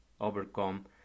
overcome